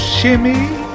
shimmy